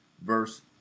verse